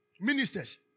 ministers